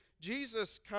Jesus